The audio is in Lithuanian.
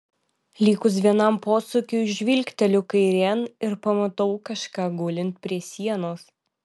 likus vienam posūkiui žvilgteliu kairėn ir pamatau kažką gulint prie sienos